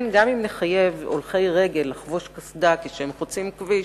הרי גם אם נחייב הולכי רגל לחבוש קסדה כשהם חוצים כביש,